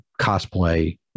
cosplay